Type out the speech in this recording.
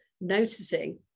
noticing